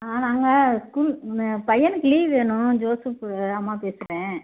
ஆ நாங்கள் ஸ்கூல் பையனுக்கு லீவ் வேணும் ஜோசப்பு அம்மா பேசுகிறேன்